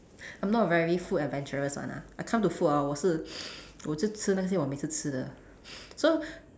I'm not very food adventurous [one] ah I come to food hor 我是 我只吃那些我每次吃的 so